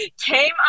Came